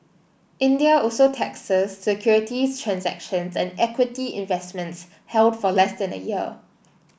India also taxes securities transactions and equity investments held for less than a year